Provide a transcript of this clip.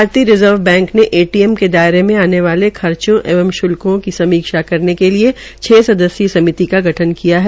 भारतीय reserve bank ने ATM के दायरे में आने वाले खर्चो एंव शल्कों की समीक्षा करने के लिये छ सदस्यीय समिति का गठन किया है